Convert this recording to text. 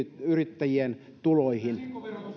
yrittäjien tuloihin